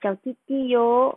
小弟弟哟